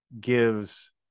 gives